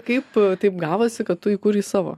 kaip taip gavosi kad tu įkūrei savo